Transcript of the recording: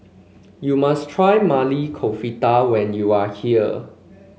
you must try Maili Kofta when you are here